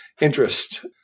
interest